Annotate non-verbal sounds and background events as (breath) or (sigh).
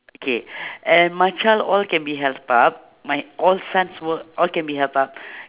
okay (breath) and my child all can be helped up my all sons work all can be helped up